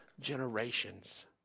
generations